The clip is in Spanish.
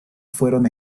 fueron